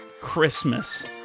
Christmas